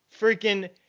Freaking